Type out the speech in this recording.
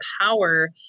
power